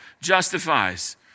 justifies